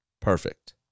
Perfect